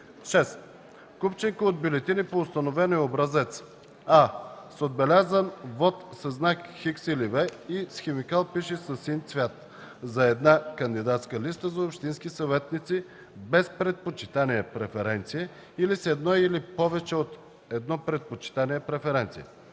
6. купчинка от бюлетини по установения образец: а) с отбелязан вот със знак „Х” или „V” и с химикал, пишещ със син цвят, за една кандидатска листа за общински съветници, без предпочитание (преференция) или с едно или повече от едно предпочитание (преференция);